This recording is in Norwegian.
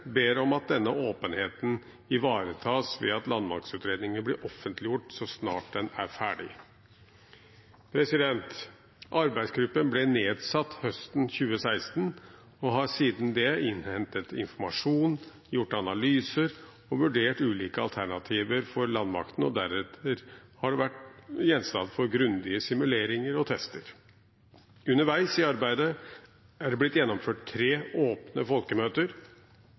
ber om at denne åpenheten ivaretas ved at landmaktutredningen blir offentliggjort så snart den er ferdig. Arbeidsgruppen ble nedsatt høsten 2016 og har siden det innhentet informasjon, gjort analyser og vurdert ulike alternativer for landmakten, og deretter har det vært gjenstand for grundige simuleringer og tester. Underveis i arbeidet er det blitt gjennomført tre åpne folkemøter